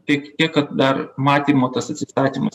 tik tiek kad dar matymo tas atsisakymas